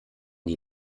die